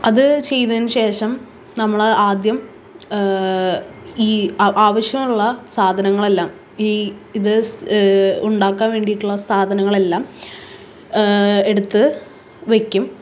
അത് ചെയ്തതിന് ശേഷം നമ്മളാദ്യം ഈ അ ആവിശ്യമുള്ള സാധനങ്ങളെല്ലാം ഈ ഇത് ഉണ്ടാക്കാൻ വേണ്ടിയിട്ടുള്ള സാധനങ്ങളെല്ലാം എടുത്ത് വെക്കും